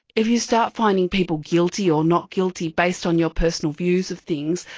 if you start finding people guilty or not guilty based on your personal views of things,